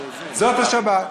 זאת השבת.